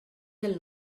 del